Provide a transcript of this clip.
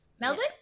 Melbourne